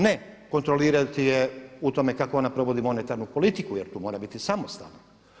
Ne kontrolirati je u tome kako ona provodi monetarnu politiku, jer tu mora biti samostalna.